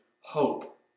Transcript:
hope